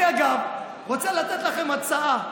אני, אגב, רוצה לתת לך הצעה,